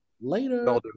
later